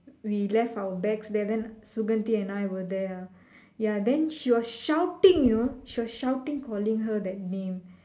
we left our bags there then Suganthi and I were there ah ya then she was shouting you know she was shouting calling her that name